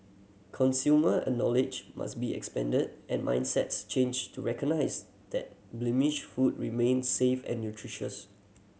consumer a knowledge must be expanded and mindsets changed to recognise that blemished food remains safe and nutritious